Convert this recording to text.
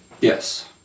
Yes